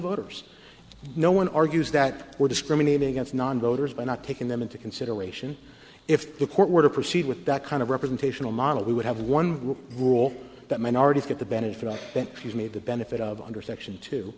voters no one argues that we're discriminating against nonvoters by not taking them into consideration if the court were to proceed with that kind of representational model we would have one rule that minorities get the benefit i think she's made the benefit of under section t